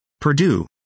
Purdue